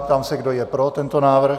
Ptám se, kdo je pro tento návrh.